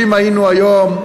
שאם היינו היום,